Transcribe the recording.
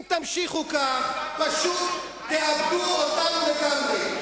פשוט תאבדו אותנו לגמרי.